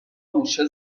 موشه